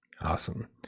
Awesome